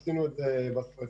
עשינו את זה בשרפות,